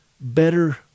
better